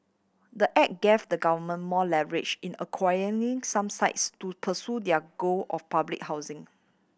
the act gave the government more leverage in acquiring some sites to pursue their goal of public housing